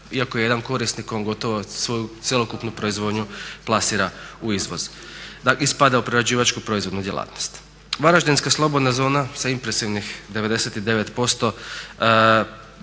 iako je jedan korisnik on gotovo svoju cjelokupnu proizvodnju plasira u izvoz i spada u prerađivačko-proizvodnu djelatnost. Varaždinska slobodna zona sa impresivnih 99%,